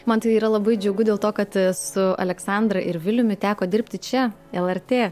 man tai yra labai džiugu dėl to kad su aleksandra ir viliumi teko dirbti čia lrt